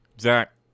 Zach